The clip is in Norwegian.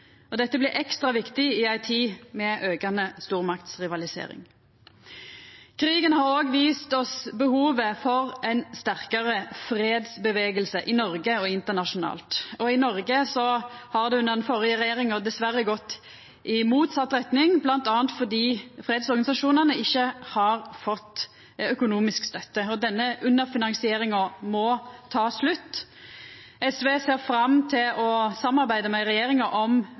Dette blir ekstra viktig i ei tid med aukande stormaktsrivalisering. Krigen har òg vist oss behovet for ein sterkare fredsrørsle i Noreg og internasjonalt, og i Noreg har det under den førre regjeringa dessverre gått i motsett retning, bl.a. fordi fredsorganisasjonane ikkje har fått økonomisk stønad. Denne underfinansieringa må ta slutt. SV ser fram til å samarbeida med regjeringa om